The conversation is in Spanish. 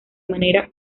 manera